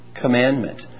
commandment